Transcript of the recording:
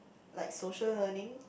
like social learning